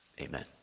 amen